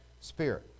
spirit